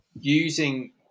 using